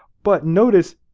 but notice,